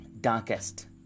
Darkest